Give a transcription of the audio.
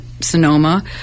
Sonoma